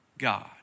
God